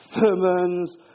sermons